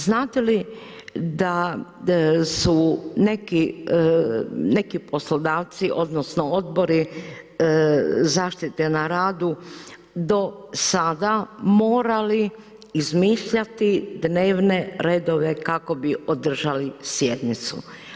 Znate li da su neki poslodavci, odnosno odbori zaštite na radu do sada morali izmišljati dnevne redove kako bi održali sjednicu?